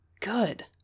Good